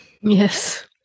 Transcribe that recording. Yes